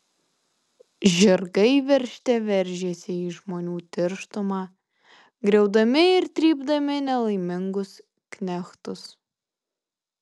žirgai veržte veržėsi į žmonių tirštumą griaudami ir trypdami nelaimingus knechtus